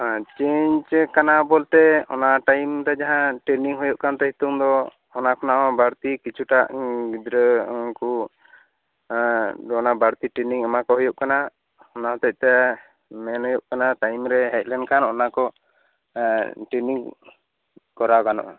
ᱟᱨ change ᱟᱠᱟᱱᱟ ᱵᱚᱞᱛᱮ ᱚᱱᱟ ᱴᱟᱭᱤᱢ ᱨᱮ ᱡᱟᱦᱟᱸ ᱴᱨᱮᱱᱤᱝ ᱦᱩᱭᱩᱜ ᱠᱟᱱ ᱛᱟᱦᱮᱱ ᱱᱤᱛᱚᱝ ᱫᱚ ᱚᱱᱟ ᱠᱷᱚᱱᱟᱜ ᱦᱚᱸ ᱵᱟᱹᱲᱛᱤ ᱠᱤᱪᱷᱩᱴᱟᱜ ᱜᱤᱫᱽᱨᱟᱹ ᱩᱱᱠᱩ ᱚᱱᱟ ᱵᱟᱹᱲᱛᱤ ᱴᱨᱮᱱᱤᱝ ᱮᱢᱟ ᱠᱚ ᱦᱩᱭᱩᱜ ᱠᱟᱱᱟ ᱚᱱᱟ ᱦᱚᱛᱮᱛᱮ ᱢᱮᱱ ᱦᱩᱭᱩᱜ ᱠᱟᱱᱟ ᱴᱟᱭᱤᱢ ᱨᱮ ᱦᱮᱡ ᱞᱮᱱ ᱠᱷᱟᱱ ᱚᱱᱟ ᱠᱚ ᱴᱨᱮᱱᱤᱝ ᱠᱚᱨᱟᱣ ᱜᱟᱱᱚᱜᱼᱟ